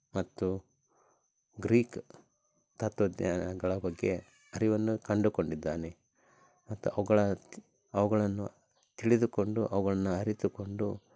ಮತ್ತು ಗ್ರೀಕ್ ತತ್ವಜ್ಞಾನಗಳ ಬಗ್ಗೆ ಅರಿವನ್ನು ಕಂಡುಕೊಂಡಿದ್ದಾನೆ ಮತ್ತು ಅವುಗಳ ಅವುಗಳನ್ನು ತಿಳಿದುಕೊಂಡು ಅವುಗಳ್ನ ಅರಿತುಕೊಂಡು